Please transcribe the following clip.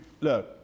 look